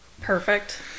perfect